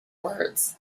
words